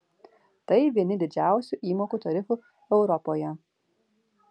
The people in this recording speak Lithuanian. tai vieni didžiausių įmokų tarifų europoje